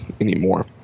anymore